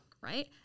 right